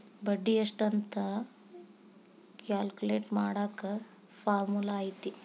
ಬಡ್ಡಿ ಎಷ್ಟ್ ಅಂತ ಕ್ಯಾಲ್ಕುಲೆಟ್ ಮಾಡಾಕ ಫಾರ್ಮುಲಾ ಐತಿ